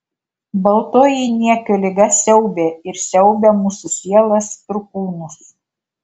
baltoji niekio liga siaubė ir siaubia mūsų sielas ir kūnus